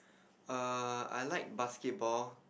err I like basketball